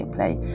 Play